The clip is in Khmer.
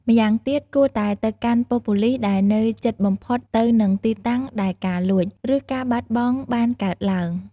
ម្យ៉ាងទៀត គួរតែទៅកាន់ប៉ុស្តិ៍ប៉ូលីសដែលនៅជិតបំផុតទៅនឹងទីតាំងដែលការលួច ឬការបាត់បង់បានកើតឡើង។